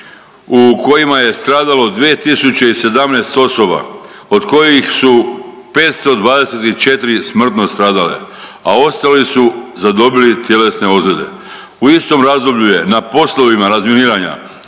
u kojima je stradalo 2017 osoba, od kojih su 524 smrtno stradale, a ostali su zadobili tjelesne ozlijede. U istom razdoblju je na poslovima razminiranja